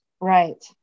right